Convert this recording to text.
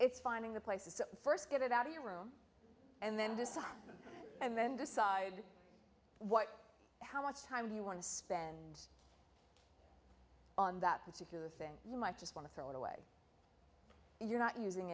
it's finding the places to first get it out of your room and then decide and then decide what how much time you want to spend on that particular thing you might just want to throw it away and you're not using